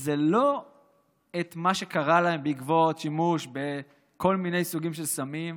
זה לא את מה שקרה להם בעקבות שימוש בכל מיני סוגים של סמים,